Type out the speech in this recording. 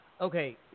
okay